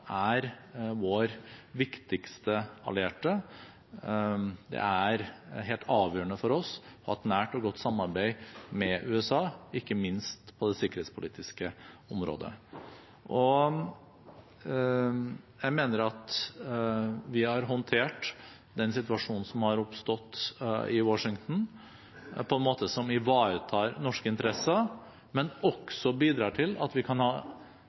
er vår viktigste allierte. Det er helt avgjørende for oss å ha et nært og godt samarbeid med USA, ikke minst på det sikkerhetspolitiske området. Jeg mener at vi har håndtert den situasjonen som har oppstått i Washington, på en måte som ivaretar norske interesser, men også bidrar til at vi kan ha